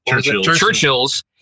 Churchill's